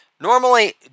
Normally